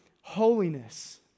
holiness